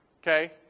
Okay